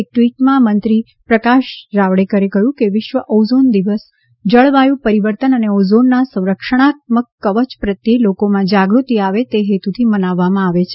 એક ટ્વીટમાં મંત્રી પ્રકાશ જાવડેકરે કહ્યું કે વિશ્વ ઓઝોન દિવસ જળવાયુ પરિવર્તન અને ઓઝોનના સંરક્ષણાત્મક કવય પ્રત્યે લોકોમાં જાગૃતિ આવે તે હેતુથી મનાવવામાં આવે છે